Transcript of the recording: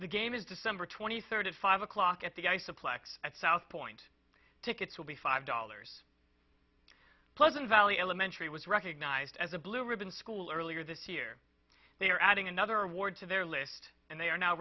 the game is december twenty third five o'clock at the ice supply x at southpoint tickets will be five dollars pleasant valley elementary was recognized as a blue ribbon school earlier this year they are adding another award to their list and they are now